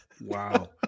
wow